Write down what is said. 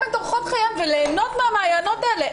את אורחות חייהם וליהנות מהמעיינות האלה.